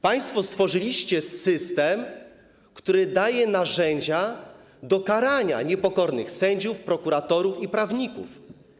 Państwo stworzyliście system, który daje narzędzia do karania niepokornych sędziów, prokuratorów i prawników.